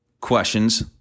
questions